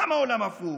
למה עולם הפוך?